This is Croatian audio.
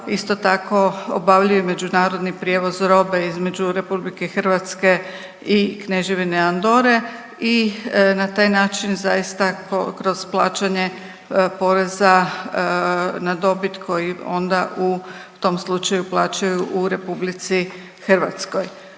isto tako obavljaju međunarodni prijevoz robe između Republike Hrvatske i Kneževine Andore i na taj način zaista kroz plaćanje poreza na dobit koji onda u tom slučaju plaćaju u Republici Hrvatskoj.